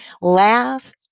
laugh